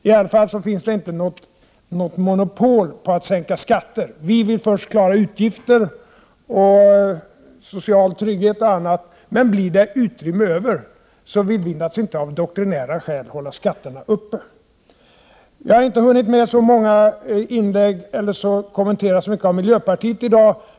I alla fall finns det inte något monopol på att sänka skatter. Vi vill först klara utgifterna, social trygghet och annat. Men om det blir utrymme över, vill vi naturligtvis inte av doktrinära skäl hålla skatterna uppe. Jag har inte hunnit kommentera särskilt mycket av miljöpartiet i dag.